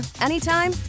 anytime